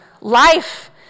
life